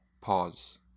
Pause